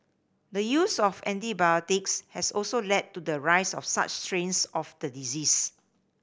the use of antibiotics has also led to the rise of such strains of the disease